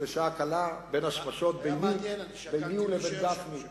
לשעה קלה, בין השמשות, ביני לבין גפני.